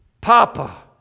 Papa